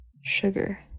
sugar